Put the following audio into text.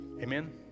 Amen